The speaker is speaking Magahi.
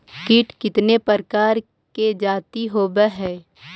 कीट कीतने प्रकार के जाती होबहय?